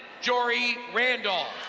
jorie randall.